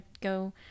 go